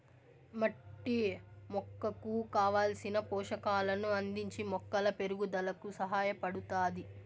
మట్టి మొక్కకు కావలసిన పోషకాలను అందించి మొక్కల పెరుగుదలకు సహాయపడుతాది